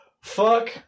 fuck